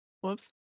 Whoops